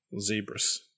zebras